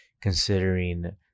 considering